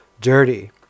dirty